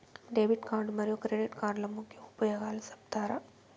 Debit card మరియు credit కార్డుల ముఖ్య ఉపయోగాలు సెప్తారా?